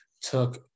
took